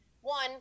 one